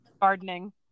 Gardening